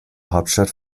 hauptstadt